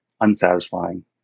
unsatisfying